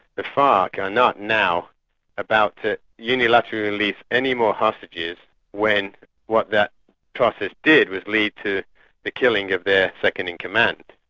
the farc are not now about to unilaterally release any more hostages when what that process did was lead to the killing of their second-in-command.